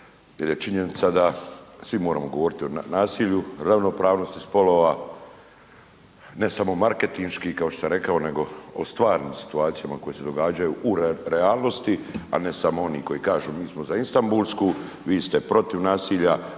jel je činjenica da svi moramo govoriti o nasilju, ravnopravnosti spolova, ne samo marketinški kao što sam rekao, nego o stvarnim situacijama koje se događaju u realnosti, a ne samo oni koji kažu mi smo za Istambulsku, vi ste protiv nasilja,